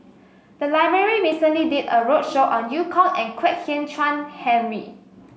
the library recently did a roadshow on Eu Kong and Kwek Hian Chuan Henry